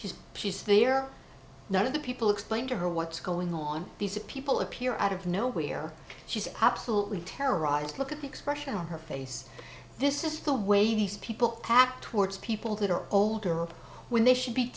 she's she's there none of the people explained to her what's going on these are people appear out of nowhere she's absolutely terrorized look at the expression on her face this is the way these people pack towards people that are older when they should be